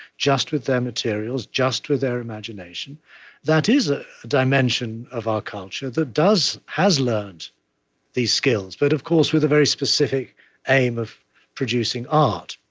just with their materials, just with their imagination that is a dimension of our culture that has has learnt these skills, but, of course, with a very specific aim of producing art.